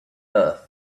earth